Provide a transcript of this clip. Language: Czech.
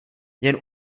jen